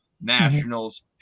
Nationals